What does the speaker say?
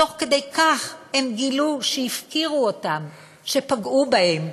תוך כדי כך הם גילו שהפקירו אותם, שפגעו בהם,